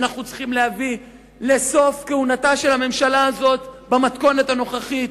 אנחנו צריכים להביא לסוף כהונתה של הממשלה הזאת במתכונת הנוכחית,